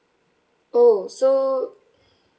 oh so